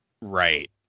Right